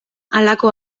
halako